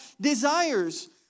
desires